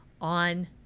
on